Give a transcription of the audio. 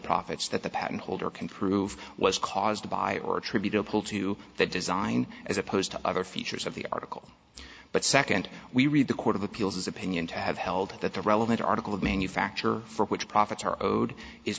profits that the patent holder can prove was caused by or attributable to the design as opposed to other features of the article but second we read the court of appeals opinion to have held that the relevant article of manufacture for which profits are owed is